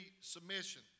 submission